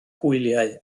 hwyliau